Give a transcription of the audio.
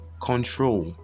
control